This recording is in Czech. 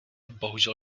bohužel